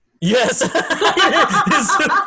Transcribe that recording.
Yes